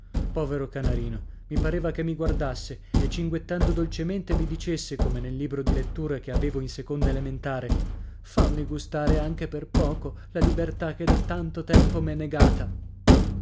povero canarino i pareva che mi guardasse e cinguettando dolcemente mi dicesse come nel libro di lettura che avevo in seconda elementare fammi gustare anche per poco la libertà che da tanto tempo m'è negata